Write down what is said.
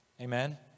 Amen